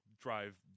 drive